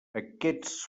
aquests